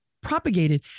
propagated